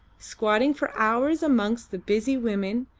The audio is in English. squatting for hours amongst the busy women,